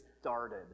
started